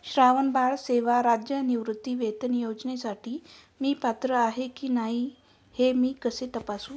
श्रावणबाळ सेवा राज्य निवृत्तीवेतन योजनेसाठी मी पात्र आहे की नाही हे मी कसे तपासू?